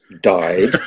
died